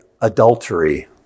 adultery